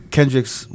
Kendrick's